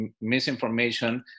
misinformation